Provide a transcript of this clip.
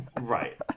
right